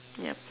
ya